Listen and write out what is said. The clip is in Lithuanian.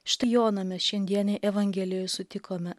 štai joną mes šiandienėj evangelijoj sutikome